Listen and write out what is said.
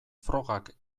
frogak